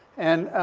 and, ah,